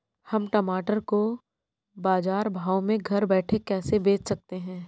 हम टमाटर को बाजार भाव में घर बैठे कैसे बेच सकते हैं?